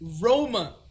Roma